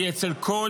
היא אצל כל